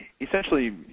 essentially